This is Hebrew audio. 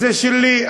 זה שלי,